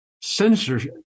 censorship